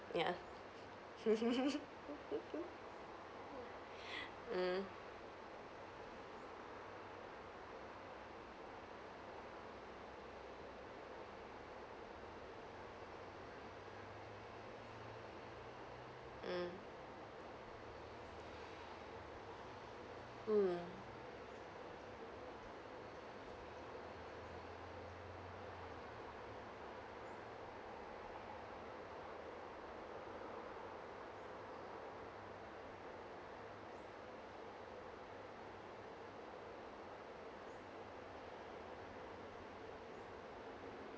ya mm mm mm